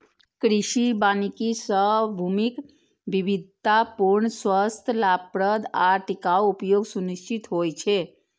कृषि वानिकी सं भूमिक विविधतापूर्ण, स्वस्थ, लाभप्रद आ टिकाउ उपयोग सुनिश्चित होइ छै